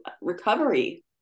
recovery